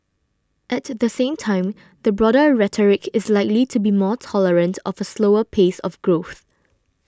at the same time the broader rhetoric is likely to be more tolerant of a slower pace of growth